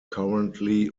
currently